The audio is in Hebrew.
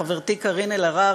חברתי קארין אלהרר,